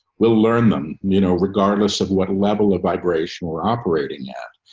we'll learn them. you know, regardless of what a level of vibration we're operating. yeah